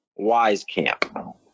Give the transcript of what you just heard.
Wisecamp